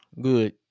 Good